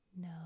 No